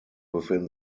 within